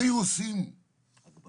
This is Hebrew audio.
אתייחס רק לחלק הראשון של השיח הבוקר.